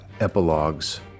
epilogues